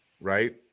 right